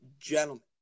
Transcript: gentlemen